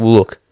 look